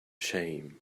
shame